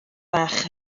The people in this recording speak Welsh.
bach